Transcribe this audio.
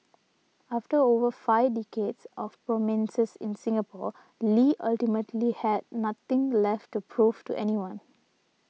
after over five decades of prominence's in Singapore Lee ultimately had nothing left to prove to anyone